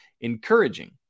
encouraging